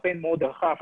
קמפיין מאוד רחב.